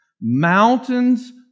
mountains